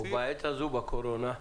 או בעת הזו, בקורונה.